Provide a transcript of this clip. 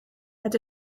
het